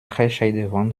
herzscheidewand